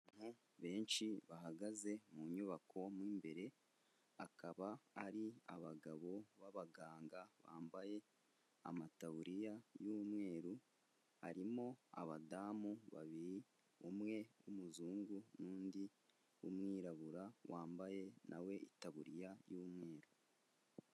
Abantu benshi bahagaze mu nyubako mu imbere, akaba ari abagabo b'abaganga bambaye amataburiya y'umweru, harimo abadamu babiri umwe w'umuzungu n'undi w'umwirabura wambaye nawe itaburiya y'umweru.